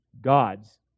God's